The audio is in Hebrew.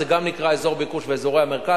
זה גם נקרא אזור ביקוש ואזורי המרכז.